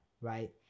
right